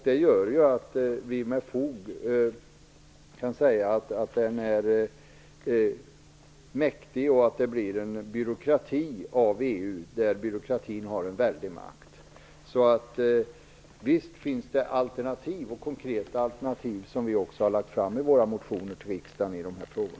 Det gör att vi med fog kan säga att den är mäktig och att byråkratin har en väldigt makt inom EU. Visst finns det konkreta alternativ, och de förslagen har vi lagt fram i våra motioner till riksdagen i dessa frågor.